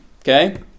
okay